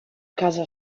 casa